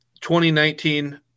2019